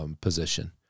position